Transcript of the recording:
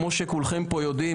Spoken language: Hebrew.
כמו שכולכם פה יודעים,